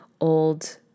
old